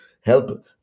help